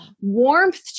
warmth